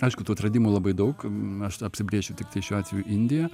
aišku tų atradimų labai daug aš apsibrėšiu tiktai šiuo atveju indija